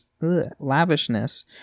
lavishness